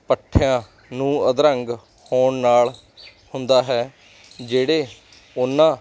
ਪੱਠਿਆਂ ਨੂੰ ਅਧਰੰਗ ਹੋਣ ਨਾਲ ਹੁੰਦਾ ਹੈ ਜਿਹੜੇ ਉਹਨਾਂ